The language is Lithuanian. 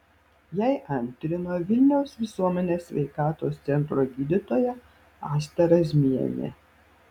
jai antrino vilniaus visuomenės sveikatos centro gydytoja asta razmienė